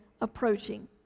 approaching